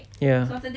ya